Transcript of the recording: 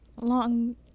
long